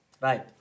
right